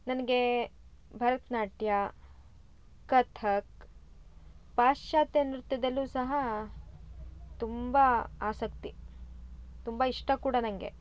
ನನಗೆ ಭರತನಾಟ್ಯ ಕಥಕ್ ಪಾಶ್ಚಾತ್ಯ ನೃತ್ಯದಲ್ಲೂ ಸಹ ತುಂಬ ಆಸಕ್ತಿ ತುಂಬ ಇಷ್ಟ ಕೂಡ ನನಗೆ